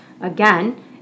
again